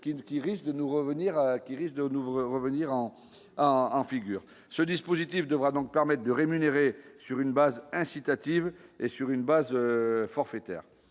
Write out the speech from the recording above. qui risque de nouveau revenir en en en figure ce dispositif devra donc permettent de rémunérer sur une base incitative et sur une base forfaitaire